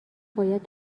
باید